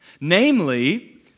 namely